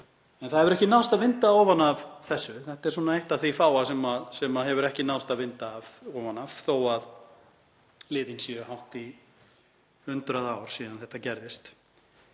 En það hefur ekki náðst að vinda ofan af þessu. Þetta er eitt af því fáa sem ekki hefur náðst að vinda ofan af þótt liðin séu hátt í 100 ár síðan þetta gerðist.